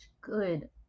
good